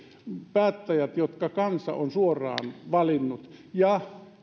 päättäjät jotka kansa on suoraan valinnut ja